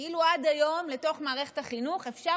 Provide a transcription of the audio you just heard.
כאילו עד היום לתוך מערכת החינוך אפשר